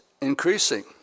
increasing